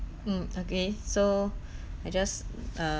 mm okay so I just